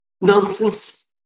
nonsense